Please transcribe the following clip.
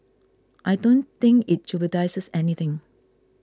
I don't think it jeopardises anything